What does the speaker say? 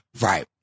Right